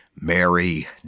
Mary